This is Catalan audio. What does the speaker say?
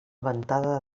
ventada